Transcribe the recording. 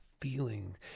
feeling